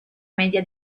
media